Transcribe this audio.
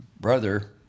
brother